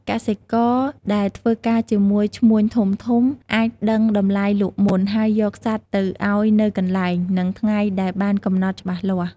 កសិករដែលធ្វើការជាមួយឈ្មួញធំៗ អាចដឹងតម្លៃលក់មុន ហើយយកសត្វទៅឲ្យនៅកន្លែង និងថ្ងៃដែលបានកំណត់ច្បាស់លាស់។